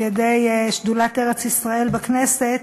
על-ידי שדולת ארץ-ישראל בכנסת,